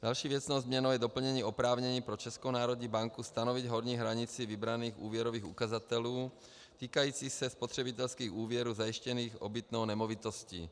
Další věcnou změnou je doplnění oprávnění pro Českou národní banku stanovit horní hranici vybraných úvěrových ukazatelů týkající se spotřebitelských úvěrů zajištěných obytnou nemovitostí.